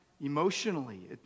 emotionally